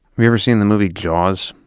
you ever seen the movie jaws?